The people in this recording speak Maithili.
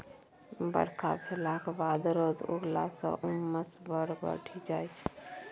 बरखा भेलाक बाद रौद उगलाँ सँ उम्मस बड़ बढ़ि जाइ छै